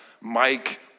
Mike